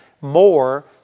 more